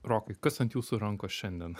rokai kas ant jūsų rankos šiandien